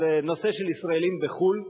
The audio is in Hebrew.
אז הנושא של ישראלים בחו"ל,